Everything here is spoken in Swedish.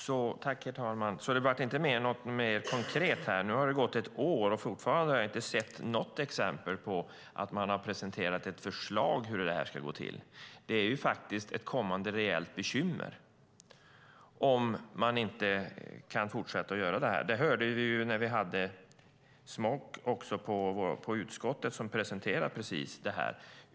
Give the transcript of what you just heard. Herr talman! Blev det alltså inte något mer konkret? Nu har det gått ett år, och fortfarande har jag inte sett något exempel på att man har presenterat ett förslag på hur det ska gå till. Det är faktiskt ett kommande, reellt bekymmer, om man inte kan fortsätta som tidigare. Det hörde vi när vi hade Smok på besök i utskottet, som presenterade precis detta.